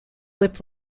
lip